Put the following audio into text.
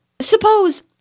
Suppose